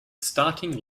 starting